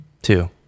Two